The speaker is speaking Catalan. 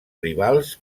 rivals